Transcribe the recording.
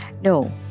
No